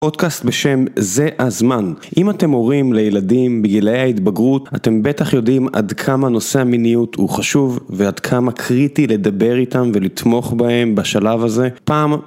פודקאסט בשם זה הזמן אם אתם הורים לילדים בגילי ההתבגרות אתם בטח יודעים עד כמה נושא המיניות הוא חשוב ועד כמה קריטי לדבר איתם ולתמוך בהם בשלב הזה.